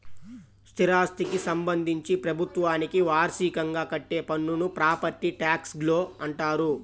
స్థిరాస్థికి సంబంధించి ప్రభుత్వానికి వార్షికంగా కట్టే పన్నును ప్రాపర్టీ ట్యాక్స్గా అంటారు